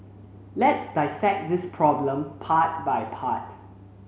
let's dissect this problem part by part